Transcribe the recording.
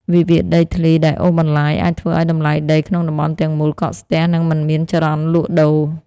វិវាទដីធ្លីដែលអូសបន្លាយ អាចធ្វើឱ្យតម្លៃដីក្នុងតំបន់ទាំងមូលកកស្ទះ និងមិនមានចរន្តលក់ដូរ។